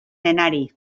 denari